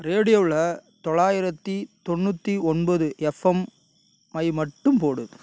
ரேடியோவில் தொள்ளாயிரத்து தொண்ணூற்றி ஒன்பது எஃப்எம் ஐ மட்டும் போடு